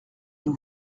nous